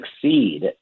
succeed